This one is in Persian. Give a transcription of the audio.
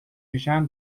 میشن